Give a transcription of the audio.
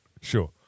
Sure